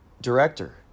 director